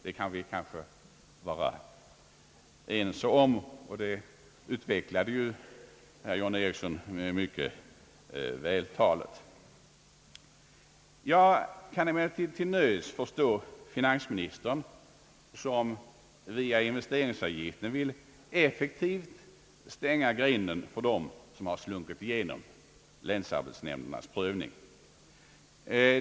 Det kan vi kanske vara överens om, och det utvecklade ju herr John Ericsson mycket vältaligt. Jag kan till nöds förstå finansministern, som via investeringsavgiften vill effektivt stänga grinden för dem som slunkit igenom länsarbetsnämndernas prövning.